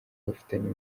bafitanye